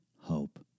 hope